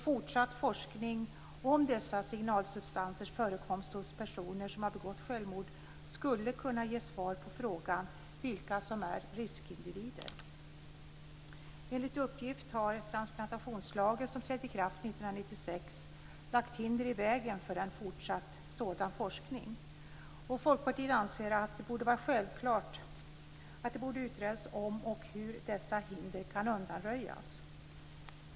Fortsatt forskning om dessa signalsubstansers förekomst hos personer som har begått självmord skulle kunna ge svar på frågan vilka som är riskindivider. Enligt uppgift har transplantationslagen, som trädde i kraft 1996, lagt hinder i vägen för en fortsatt sådan forskning. Folkpartiet anser att det borde vara självklart att det skall utredas om och hur dessa hinder kan undanröjas.